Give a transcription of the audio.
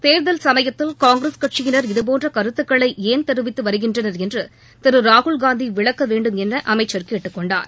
தேர்தல் சமயத்தில் காங்கிரஸ் கட்சியினர் இதபோன்ற கருத்துக்களை ஏன் தெரிவித்து வருகின்றனர் என்று திரு ராகுல்காந்தி விளக்கவேண்டும் என அமைச்சர் கேட்டுக்கொண்டார்